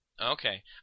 Okay